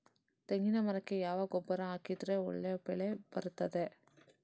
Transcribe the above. ತೆಂಗಿನ ಮರಕ್ಕೆ ಯಾವ ಗೊಬ್ಬರ ಹಾಕಿದ್ರೆ ಒಳ್ಳೆ ಬೆಳೆ ಬರ್ತದೆ?